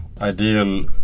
ideal